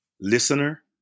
listener